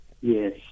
Yes